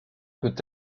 peut